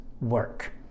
work